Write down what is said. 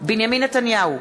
בנימין נתניהו,